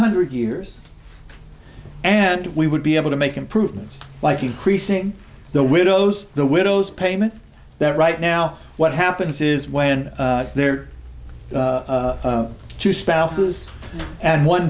hundred years and we would be able to make improvements like increasing the widows the widows payment that right now what happens is when they're to spouses and one